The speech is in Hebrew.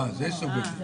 אה, זה סוג הדיון.